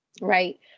right